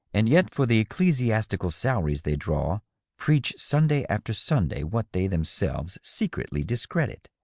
and yet for the ecclesiastical salaries they draw preach sunday after sunday what they themselves secretly discredit.